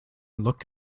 looked